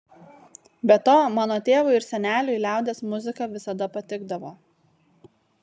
be to mano tėvui ir seneliui liaudies muzika visada patikdavo